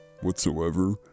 whatsoever